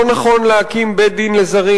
לא נכון להקים בית-דין לזרים.